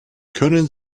können